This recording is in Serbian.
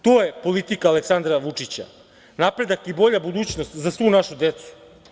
To je politika Aleksandra Vučića, napredak i bolja budućnost za svu našu decu.